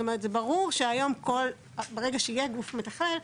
זאת אומרת, ברגע שיהיה גוף מתכלל,